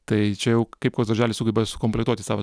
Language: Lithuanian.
tai čia jau kaip koks darželis sugeba sukomplektuoti savo